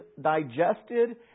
digested